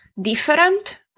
different